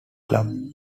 club